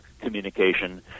Communication